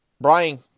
Brian